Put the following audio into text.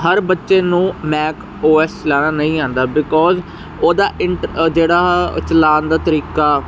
ਹਰ ਬੱਚੇ ਨੂੰ Mac O S ਚਲਾਣਾ ਨਹੀਂ ਆਉਂਦਾ ਬਿਕੋਜ਼ ਉਹਦਾ ਇਟ ਜਿਹੜਾ ਚਲਾਣ ਦਾ ਤਰੀਕਾ